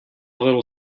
little